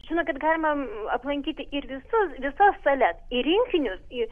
žinokit galima aplankyti ir visas visas sales į rinkinius į